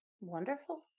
Wonderful